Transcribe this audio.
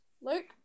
Luke